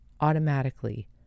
automatically